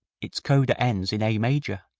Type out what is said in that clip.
its coda ends in a major.